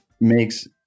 makes